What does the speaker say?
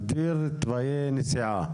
להגדיר תוואי נסיעה.